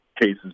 cases